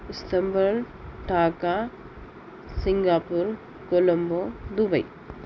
Istanbul Dhaka Singapore Colombo Dubai